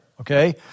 Okay